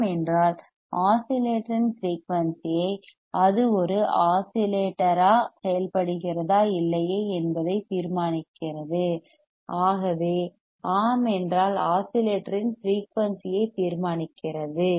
ஆம் என்றால் ஆஸிலேட்டரின் ஃபிரெயூனிசி ஐ அது ஒரு ஆஸிலேட்டராக செயல்படுகிறதா இல்லையா என்பதை தீர்மானிக்கிறது ஆகவே ஆம் என்றால் ஆஸிலேட்டரின் ஃபிரெயூனிசி ஐ தீர்மானிக்கிறது